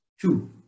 two